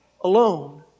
alone